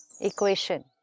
Equation